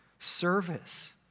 Service